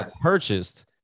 purchased